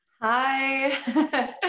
Hi